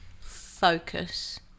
focus